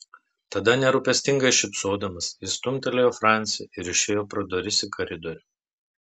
tada nerūpestingai šypsodamas jis stumtelėjo francį ir išėjo pro duris į koridorių